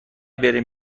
بریم